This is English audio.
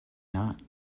not